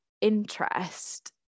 interest